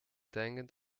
tangent